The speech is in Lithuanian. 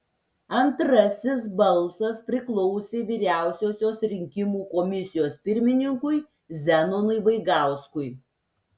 antrasis balsas priklausė vyriausiosios rinkimų komisijos pirmininkui zenonui vaigauskui